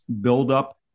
buildup